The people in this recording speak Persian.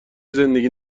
زندگی